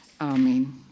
Amen